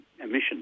emissions